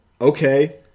Okay